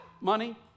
money